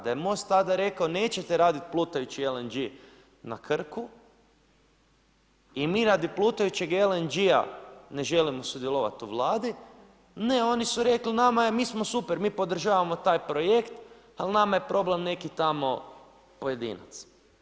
Da je Most tada rekao nećete raditi plutajući LNG na Krku i mi radi plutajućeg LNG ne želimo sudjelovati u vladi, ne oni su rekli mi smo super, mi podržavamo taj projekt, ali nama je problem neki tamo pojedinac.